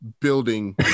building